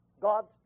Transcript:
God's